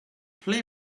play